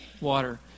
water